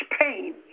pain